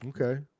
Okay